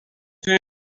تونی